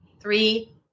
three